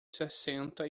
sessenta